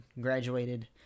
graduated